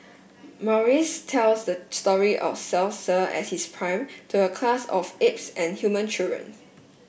Maurice tells the story of at his prime to a class of apes and human children